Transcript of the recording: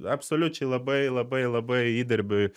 absoliučiai labai labai labai įdirbiui